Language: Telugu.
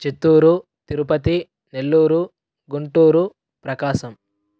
చిత్తూరు తిరుపతి నెల్లూరు గుంటూరు ప్రకాశం